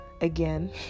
again